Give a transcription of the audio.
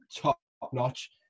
top-notch